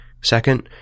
Second